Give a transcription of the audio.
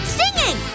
singing